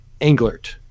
Englert